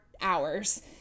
hours